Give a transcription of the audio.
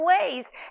ways